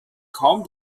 kaum